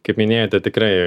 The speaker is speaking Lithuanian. kaip minėjote tikrai